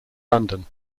london